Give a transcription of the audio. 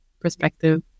perspective